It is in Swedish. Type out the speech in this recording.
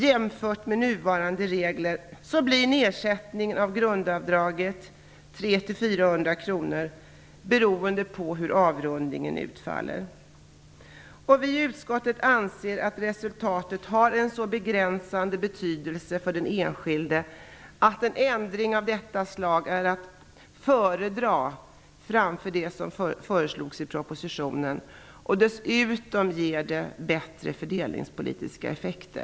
Jämfört med nuvarande regler blir nedsättningen av grundavdraget 300-400 kr, beroende på hur avrundningen utfaller. Vi i utskottet anser att resultatet har en så begränsad betydelse för den enskilde att en ändring av detta slag är att föredra framför den ändring som föreslogs i propositionen och dessutom ger det här bättre fördelningspolitiska effekter.